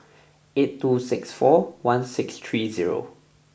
eight two six four one six three zero